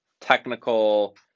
technical